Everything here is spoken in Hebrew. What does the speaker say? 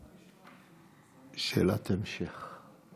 שאלת המשך.